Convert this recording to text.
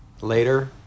later